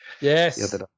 Yes